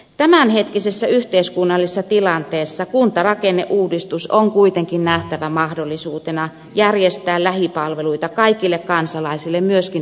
tämänhetkisessä yhteiskunnallisessa tilanteessa kuntarakenneuudistus on kuitenkin nähtävä mahdollisuutena järjestää lähipalveluita kaikille kansalaisille myöskin tulevaisuudessa